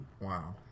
Wow